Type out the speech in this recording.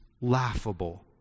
laughable